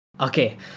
okay